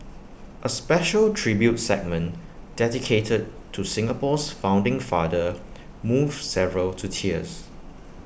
A special tribute segment dedicated to Singapore's founding father moved several to tears